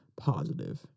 positive